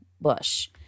Bush